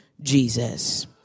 Jesus